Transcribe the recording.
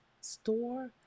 store